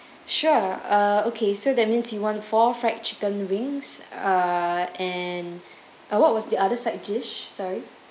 sure uh okay so that means you want four fried chicken wings uh and uh what was the other side dish sorry